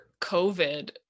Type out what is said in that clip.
covid